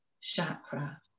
Chakra